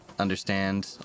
understand